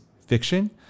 fiction